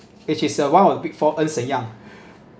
it is a one of big four ernst and young